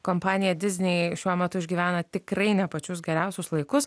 kompanija diznei šiuo metu išgyvena tikrai ne pačius geriausius laikus